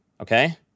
Okay